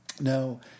Now